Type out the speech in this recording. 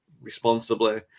responsibly